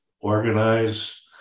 organize